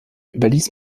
überließ